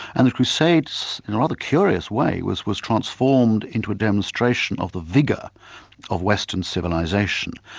and the crusades, in a rather curious way, was was transformed into a demonstration of the vigour of western civilisation.